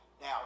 Now